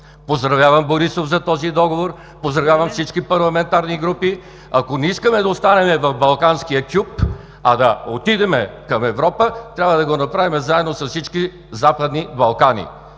Поздравявам Борисов за този договор, поздравявам всички парламентарни групи! Ако не искаме да останем в балканския кюп, а да отидем към Европа, трябва да го направим заедно с всички Западни Балкани.